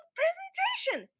presentation